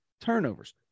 turnovers